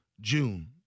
June